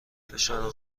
فشار